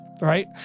right